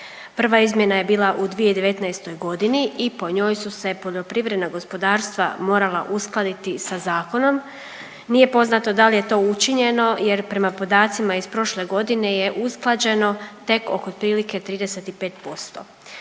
Prva izmjena je bila u 2019.g. i po njoj su se poljoprivredna gospodarstva morala uskladiti sa zakonom. Nije poznato dal je to učinjeno jer prema podacima iz prošle godine je usklađeno tek oko otprilike 35%.